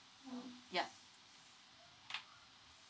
yup